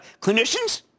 clinicians